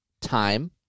time